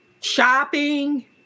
Shopping